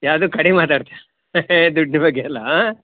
ಯಾವುದೂ ಕಡೆಗೆ ಮಾತಾಡ್ತೀರ ದುಡ್ಡು ಬಗ್ಗೆ ಎಲ್ಲ ಆಂ